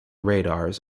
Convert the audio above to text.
radars